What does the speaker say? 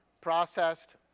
processed